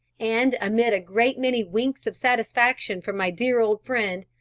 and amid a great many winks of satisfaction from my dear old friend,